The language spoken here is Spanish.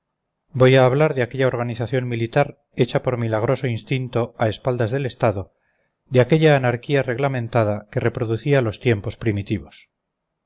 voy a hablar de aquella organización militar hecha por milagroso instinto a espaldas del estado de aquella anarquía reglamentada que reproducía los tiempos primitivos